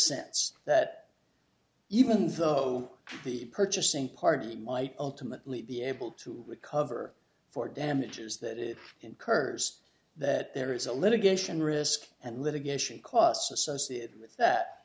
sense that even though the purchasing party might ultimately be able to recover for damages that it incurs that there is a litigation risk and litigation costs associated with that